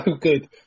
good